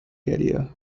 career